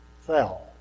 fell